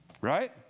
Right